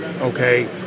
okay